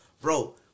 Bro